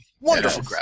Wonderful